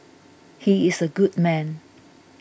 he is a good man